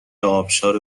ابشار